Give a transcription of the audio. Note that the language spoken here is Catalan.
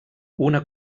una